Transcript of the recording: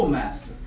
Master